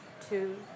two